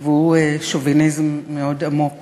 והוא שוביניזם עמוק